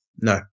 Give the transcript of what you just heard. no